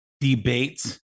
debates